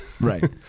Right